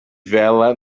vela